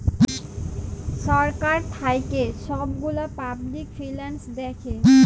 ছরকার থ্যাইকে ছব গুলা পাবলিক ফিল্যাল্স দ্যাখে